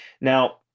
Now